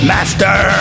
Master